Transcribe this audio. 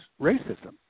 racism